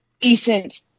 decent